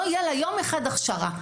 לא יהיה לה יום אחד של הכשרה.